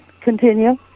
Continue